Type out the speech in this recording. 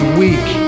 week